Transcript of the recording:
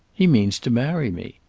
he means to marry me.